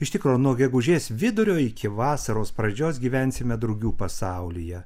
iš tikro nuo gegužės vidurio iki vasaros pradžios gyvensime drugių pasaulyje